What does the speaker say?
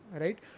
right